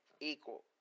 equal